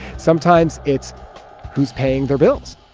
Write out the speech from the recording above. sometimes, it's who's paying their bills.